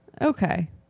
Okay